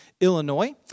Illinois